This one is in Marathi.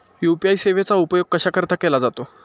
यू.पी.आय सेवेचा उपयोग कशाकरीता केला जातो?